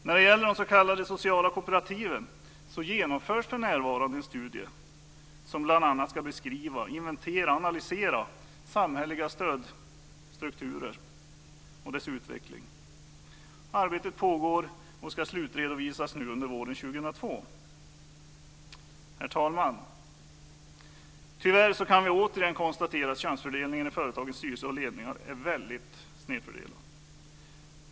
När det gäller de s.k. sociala kooperativen genomförs för närvarande en studie som bl.a. ska beskriva, inventera och analysera samhälleliga stödstrukturer och deras utveckling. Arbetet pågår och ska slutredovisas nu under våren 2002. Herr talman! Tyvärr kan vi återigen konstatera att könsfördelningen i företagens styrelser och ledningar är väldigt sned.